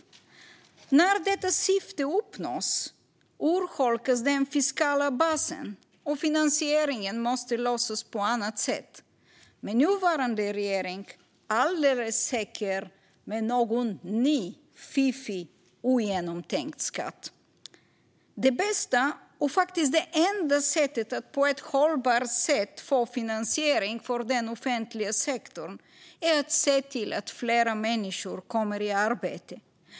När detta syfte uppnås urholkas den fiskala basen, och finansieringen måste lösas på annat sätt - med nuvarande regering alldeles säkert med någon ny, fiffig och ogenomtänkt skatt. Det bästa och faktiskt det enda sättet att på ett hållbart sätt få finansiering för den offentliga sektorn är att se till att flera människor kommer i arbete.